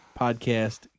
podcast